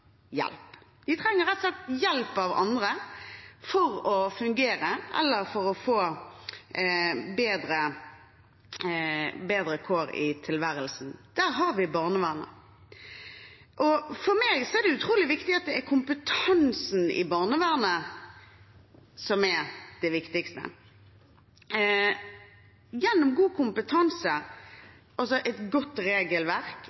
hjelp. De trenger rett og slett hjelp av andre for å fungere eller for å få bedre kår i tilværelsen. Der har vi barnevernet. For meg er det utrolig viktig at det er kompetansen i barnevernet som er det viktigste. Gjennom god kompetanse, et godt regelverk,